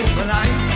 tonight